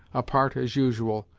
apart as usual,